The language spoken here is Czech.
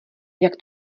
jak